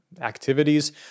activities